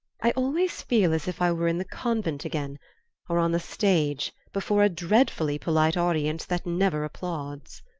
i always feel as if i were in the convent again or on the stage, before a dreadfully polite audience that never applauds.